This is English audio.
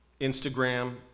Instagram